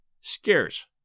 scarce